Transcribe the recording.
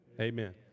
Amen